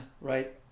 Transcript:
right